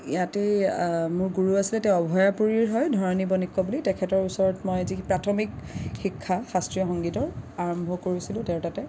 ইয়াতেই মোৰ গুৰু আছিলে তেওঁ অভয়াপুৰীৰৰ হয় ধৰণী বনৈক্য বুলি তেখেতৰ ওচৰত মই যি প্ৰাথমিক শিক্ষা শাস্ত্ৰীয় সংগীতৰ আৰম্ভ কৰিছিলোঁ তেওঁৰ তাতে